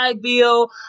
Bill